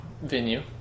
venue